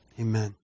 Amen